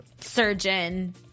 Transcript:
surgeon